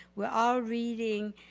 we're all reading